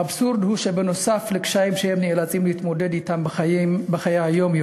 האבסורד הוא שבנוסף לקשיים שהם נאלצים להתמודד אתם בחיי היום-יום